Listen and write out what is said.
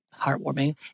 heartwarming